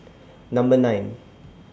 Number nine